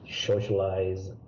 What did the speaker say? socialize